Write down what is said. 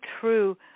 true